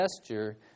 gesture